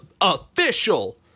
official